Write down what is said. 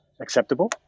acceptable